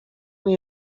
nie